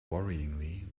worryingly